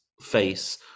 face